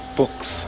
books